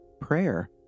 Prayer